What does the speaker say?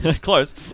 close